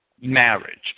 marriage